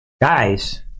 guys